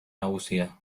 nagusia